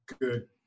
good